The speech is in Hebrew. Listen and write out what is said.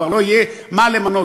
כבר לא יהיה מה למנות,